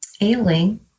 ailing